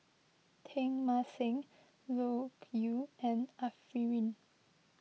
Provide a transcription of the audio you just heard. Teng Mah Seng Loke Yew and Arifin